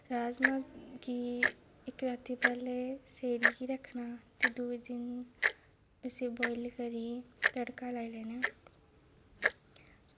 राजमां गी इक रातीं पैह्लें सेड़ियै रक्खना ते दुए दिन उसी बोआयल करियै तड़का लाई लैना